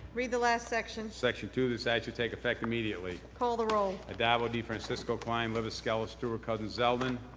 read the last section. section two, this act shall take effect immediately. call the roll. addabbo, defrancisco, klein, libous, skelos, stewart-cousins, zeldin.